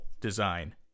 design